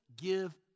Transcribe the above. give